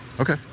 Okay